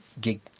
gig